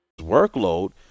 Workload